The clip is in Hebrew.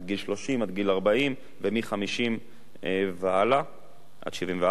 עד גיל 40 ומ-50 והלאה עד 74 אם יש עוד רוכבים.